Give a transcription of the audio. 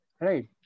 right